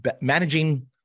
managing